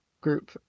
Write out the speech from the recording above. group